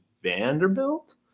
Vanderbilt